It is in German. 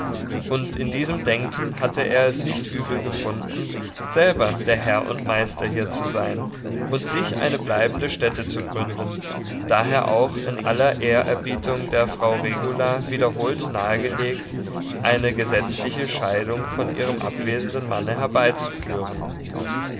und in diesem denken hatte er es nicht übel gefunden selber der herr und meister hier zu sein und sich eine bleibende stätte zu gründen daher auch in aller ehrerbietung der frau regula wiederholt nahegelegt eine gesetzliche scheidung von ihrem abwesenden manne herbeizuführen